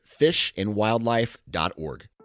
fishandwildlife.org